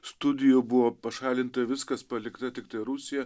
studijų buvo pašalinta viskas palikta tiktai rusija